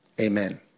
Amen